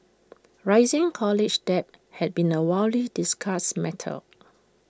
rising college debt had been A widely discussed matter